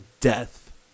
death